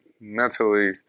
mentally